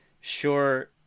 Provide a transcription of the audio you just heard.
sure